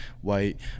white